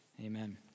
Amen